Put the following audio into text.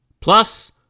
Plus